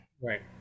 Right